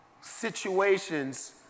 situations